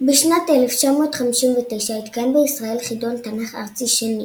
בשנת 1959 התקיים בישראל חידון תנ"ך ארצי שני,